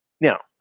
now